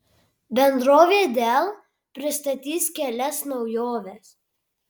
bendrovė dell pristatys kelias naujoves